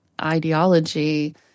ideology